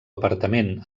apartament